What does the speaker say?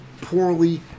poorly